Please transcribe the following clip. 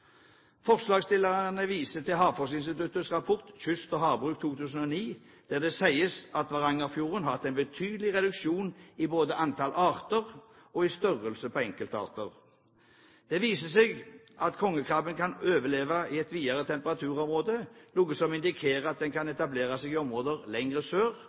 Forslagsstillerne viser til Havforskningsinstituttets rapport Kyst og havbruk 2009, der det sies at Varangerfjorden har hatt en betydelig reduksjon både i antall arter og i størrelse på enkeltarter. Det viser seg at kongekrabben kan overleve i et videre temperaturområde, noe som indikerer at den kan etablere seg i områder lenger sør